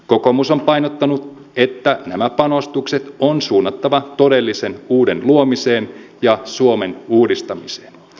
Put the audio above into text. kokoomus on painottanut että nämä panostukset on suunnattava todellisen uuden luomiseen ja suomen uudistamiseen